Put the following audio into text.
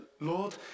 Lord